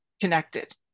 connected